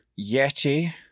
Yeti